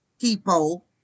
people